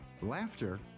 laughter